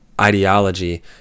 ideology